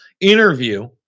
interview